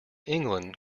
england